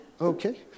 Okay